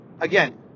again